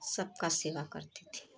सबका सेवा करती थी